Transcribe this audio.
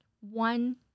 one